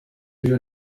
ejo